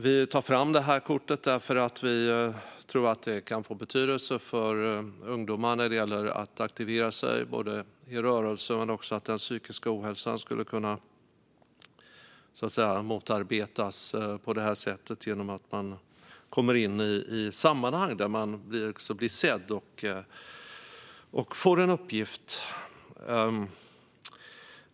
Vi tar fram detta kort därför att vi tror att det kan få betydelse för ungdomar när det gäller att aktivera sig i rörelse. Vi tror också att den psykiska ohälsan skulle kunna motarbetas på det här sättet genom att man kommer in i sammanhang där man blir sedd och får en uppgift.